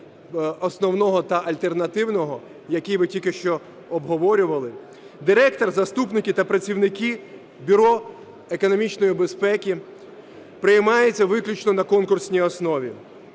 основного та альтернативного, який ми тільки що обговорювали. Директор, заступники та працівники Бюро економічної безпеки приймаються виключно на конкурсній основі.